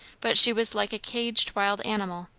but she was like a caged wild animal.